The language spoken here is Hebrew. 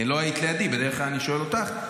לא היית לידי, בדרך כלל אני שואל אותך.